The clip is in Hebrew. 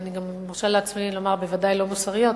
אני גם מרשה לעצמי לומר שבוודאי לא מוסריות,